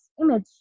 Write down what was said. image